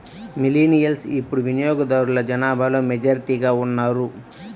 millennials ఇప్పుడు వినియోగదారుల జనాభాలో మెజారిటీగా ఉన్నారు